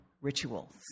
rituals